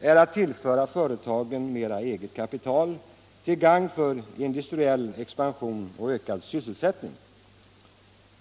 är att tillföra företagen mera eget kapital till gagn för industriell expansion och ökad sysselsättning.